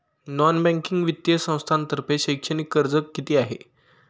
Non banking वित्तीय संस्थांतर्फे शैक्षणिक कर्ज किती आहे?